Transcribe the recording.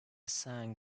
sang